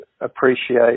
appreciate